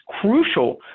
crucial